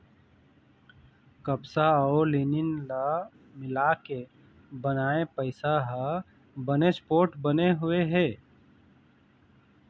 कपसा अउ लिनन ल मिलाके बनाए पइसा ह बनेच पोठ बने हुए हे